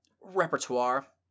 repertoire